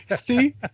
See